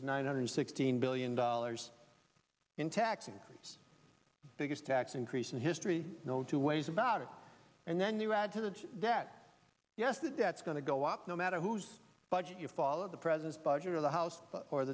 is nine hundred sixteen billion dollars in tax increases biggest tax increase in history no two ways about it and then you add to that that yes that that's going to go up no matter who's budget you follow the president's budget or the house or